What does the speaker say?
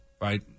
right